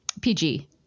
PG